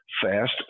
fast